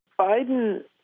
Biden